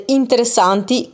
interessanti